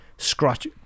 scratch